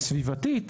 סביבתית.